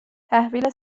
تحویل